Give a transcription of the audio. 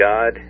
God